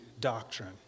doctrine